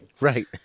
Right